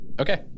Okay